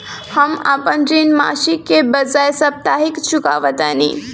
हम अपन ऋण मासिक के बजाय साप्ताहिक चुकावतानी